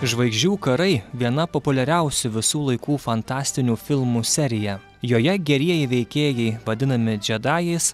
žvaigždžių karai viena populiariausių visų laikų fantastinių filmų serija joje gerieji veikėjai vadinami džedajais